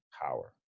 power